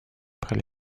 après